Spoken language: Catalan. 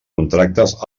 contractes